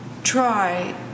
try